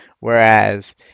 Whereas